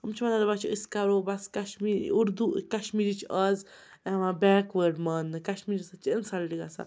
یِم چھِ وَنان دَپان چھِ أسۍ کَرو بَس کشمیٖری اُردوٗ کشمیٖری چھِ اَز یِوان بیکوٲڈ ماننہٕ کشمیٖری سۭتۍ چھِ اِنسَلٹ گژھان